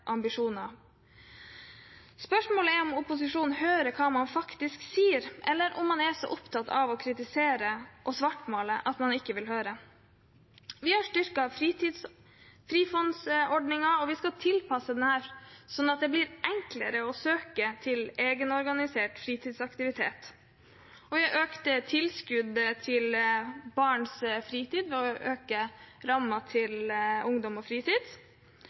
ambisjoner. Spørsmålet er om opposisjonen hører hva man faktisk sier, eller om man er så opptatt av å kritisere og svartmale at man ikke vil høre. Vi har styrket Frifond-ordningen, og vi skal tilpasse den slik at det blir enklere å søke til egenorganisert fritidsaktivitet. Vi økte tilskuddet til barns fritid ved å øke rammen til ungdom og fritid.